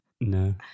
No